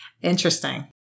Interesting